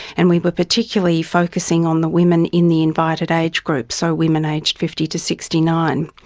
and we were particularly focusing on the women in the invited age groups, so women aged fifty to sixty nine.